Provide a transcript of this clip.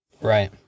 Right